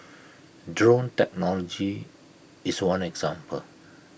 drone technology is one example